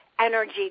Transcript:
energy